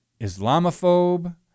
Islamophobe